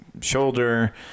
shoulder